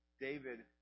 David